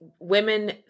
women